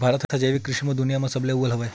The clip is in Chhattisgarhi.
भारत हा जैविक कृषि मा दुनिया मा सबले अव्वल हवे